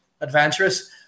adventurous